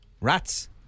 Rats